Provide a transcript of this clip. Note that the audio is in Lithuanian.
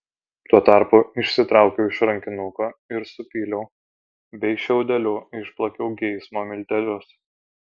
tuo tarpu išsitraukiau iš rankinuko ir supyliau bei šiaudeliu išplakiau geismo miltelius